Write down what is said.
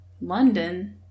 London